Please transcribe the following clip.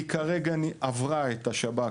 היא כבר עברה את השב"כ,